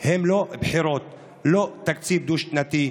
הם לא בחירות, לא תקציב דו-שנתי,